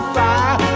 fire